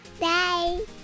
Bye